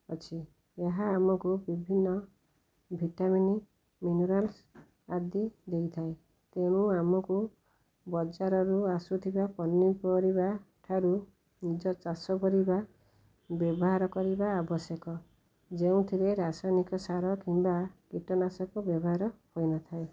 ଅଛି ଏହା ଆମକୁ ବିଭିନ୍ନ ଭିଟାମିନ୍ ମିନେରାଲ୍ସ୍ ଆଦି ଦେଇଥାଏ ତେଣୁ ଆମକୁ ବଜାରରୁ ଆସୁଥିବା ପନିପରିବା ଠାରୁ ନିଜ ଚାଷ ପରିବା ବ୍ୟବହାର କରିବା ଆବଶ୍ୟକ ଯେଉଁଥିରେ ରାସାୟନିକ ସାର କିମ୍ବା କୀଟନାଶକ ବ୍ୟବହାର ହେଇନଥାଏ